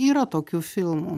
yra tokių filmų